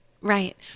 Right